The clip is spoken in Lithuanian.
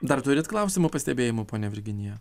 dar turit klausimų pastebėjimų ponia virginija